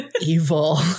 evil